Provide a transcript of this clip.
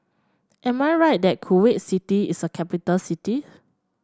am I right that Kuwait City is a capital city